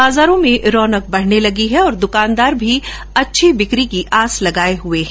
बाजारों में रौनक बढने लगी है और दुकानदार भी अच्छी बिक्री की आस लगाये हुये है